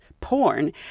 porn